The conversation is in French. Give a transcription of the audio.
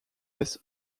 laisse